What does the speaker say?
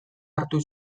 hartu